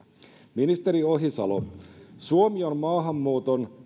ministeri ohisalo suomi on maahanmuuton